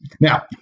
Now